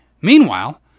Meanwhile